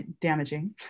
damaging